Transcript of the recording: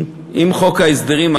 אם חוק ההסדרים,